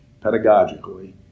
pedagogically